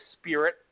spirit